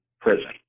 prison